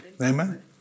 Amen